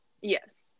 Yes